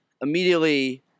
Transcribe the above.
immediately